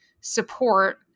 support